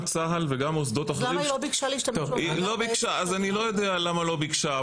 גם את זה שלא מציעים לתושבים להאריך לא עשינו בחקיקה,